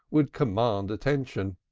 would command attention.